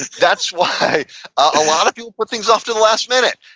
that's why a lot of people put things off to the last minute,